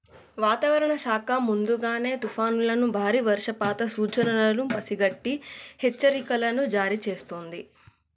వాతావరణ శాఖ ముందుగానే తుఫానులను బారి వర్షపాత సూచనలను పసిగట్టి హెచ్చరికలను జారీ చేస్తుంది